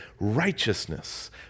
righteousness